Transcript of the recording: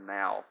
now